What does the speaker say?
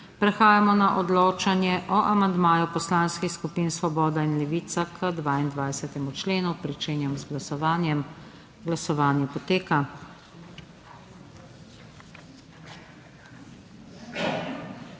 Prehajamo na odločanje o amandmaju Poslanskih skupin Svoboda in Levica k 52. členu. Glasujemo. Glasovanje poteka.